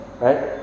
Right